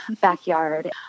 backyard